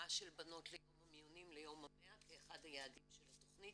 ההופעה של בנות ליום המיונים ליום ה-100 כאחד היעדים של התכנית,